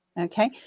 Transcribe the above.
Okay